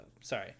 Sorry